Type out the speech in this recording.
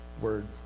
word